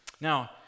Now